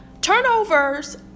turnovers